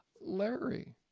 Larry